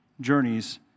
journeys